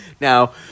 Now